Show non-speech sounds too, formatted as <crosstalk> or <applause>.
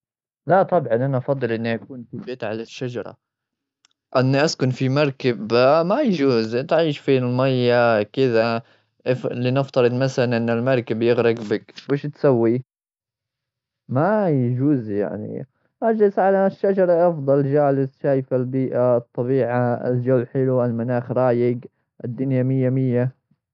لا، طبعا! أنا أفضل إني أكون في بيت على الشجرة. إني أسكن في مركب؟ <hesitation> ما يجوز تعيش في المية كذا! اف-لنفترض مثلا إن المركب يغرق بيك، وش تسوي؟ ما يجوز يعني. أجلس على هاى الشجرة أفضل، جالس شايف البيئة، الطبيعة، الجو حلو، المناخ رايق، الدنيا مية مية!